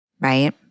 right